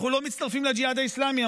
אנחנו לא מצטרפים לג'יהאד האסלאמי.